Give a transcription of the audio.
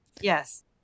Yes